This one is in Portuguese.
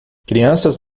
crianças